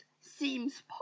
seems